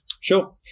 Sure